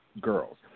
girls